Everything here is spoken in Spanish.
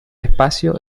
espacio